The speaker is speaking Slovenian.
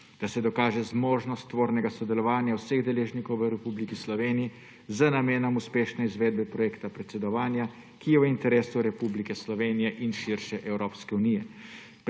da se dokaže zmožnost tvornega sodelovanja vseh deležnikov v Republiki Sloveniji z namenom uspešne izvedbe projekta predsedovanja, ki je v interesu Republike Slovenije in širše Evropske unije.